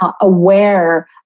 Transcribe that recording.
aware